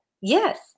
Yes